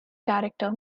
character